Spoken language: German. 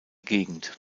gegend